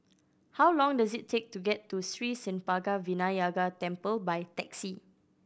how long does it take to get to Sri Senpaga Vinayagar Temple by taxi